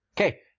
Okay